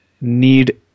need